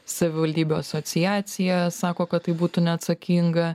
savivaldybių asociacija sako kad tai būtų neatsakinga